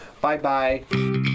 Bye-bye